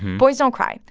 boys don't cry.